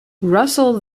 russell